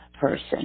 person